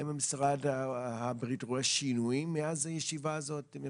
האם משרד הבריאות רואה שינויים מאז הישיבה הזאת?